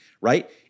right